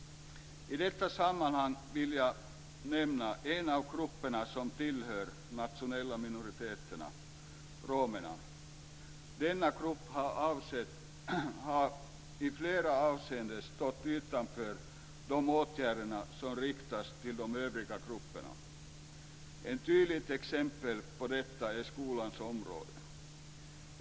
I detta sammanhang vill jag nämna en av grupperna som tillhör de nationella minoriteterna - romerna. Denna grupp har i flera avseenden stått utanför de åtgärder som riktats till de övriga grupperna. Ett tydligt exempel på detta är skolans område.